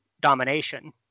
domination